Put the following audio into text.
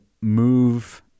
move